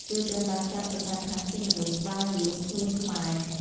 គេត្រូវបានចោទប្រកាន់ថាជាមនុស្ស "ក្បាលយួន ខ្លួនខ្មែរ”។